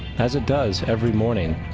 as it does every morning,